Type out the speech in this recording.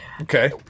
Okay